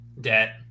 debt